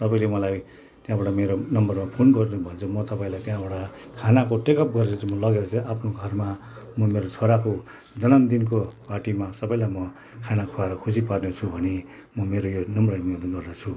तपाईँले मलाई त्यहाँबाट मेरो नम्बरमा फोन गर्नुभयो भने चाहिँ म तपाईँलाई त्यहाँबाट खानाको टेकअप गरेर चाहिँ म लगेर चाहिँ आफ्नो घरमा म मेरो छोराको जन्मदिनको पार्टीमा सबैलाई म खाना खुवाएर खुसी पार्नेछु भनी म मेरो यो नम्र निवेदन गर्दछु